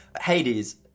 Hades